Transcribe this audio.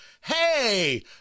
hey